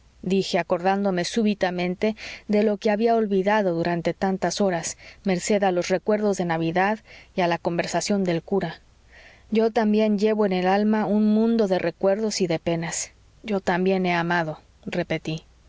dije acordándome súbitamente de lo que había olvidado durante tantas horas merced a los recuerdos de navidad y a la conversación del cura yo también llevo en el alma un mundo de recuerdos y de penas yo también he amado repetí